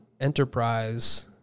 enterprise